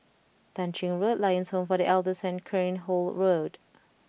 Tah Ching Road Lions Home for The Elders and Cairnhill Road